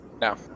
No